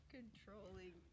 Controlling